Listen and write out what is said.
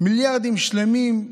מיליארדים שלמים,